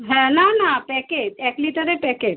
হ্যাঁ না না প্যাকেট এক লিটারের প্যাকেট